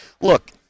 Look